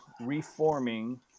reforming